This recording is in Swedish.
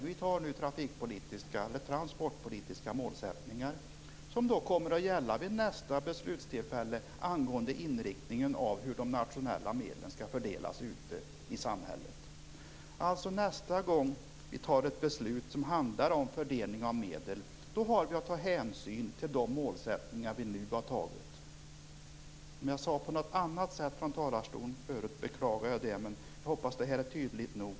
Vi beslutar nu om transportpolitiska målsättningar som kommer att gälla vid nästa beslutstillfälle angående inriktningen av hur de nationella medlen skall fördelas ute i samhället. Nästa gång vi fattar ett beslut som handlar om fördelning av medel har vi alltså att ta hänsyn till de målsättningar vi nu har beslutat om. Om jag sade på något annat sätt från talarstolen förut beklagar jag det. Jag hoppas att det här är tydligt nog.